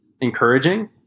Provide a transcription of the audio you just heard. encouraging